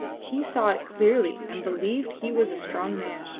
he saw it clearly and believed he was a strong man.